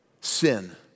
sin